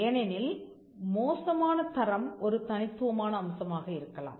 ஏனெனில் மோசமான தரம் ஒரு தனித்துவமான அம்சமாக இருக்கலாம்